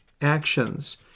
actions